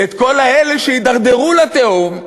את כל אלה שהידרדרו לתהום,